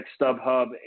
StubHub